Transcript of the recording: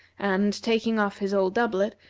and taking off his old doublet,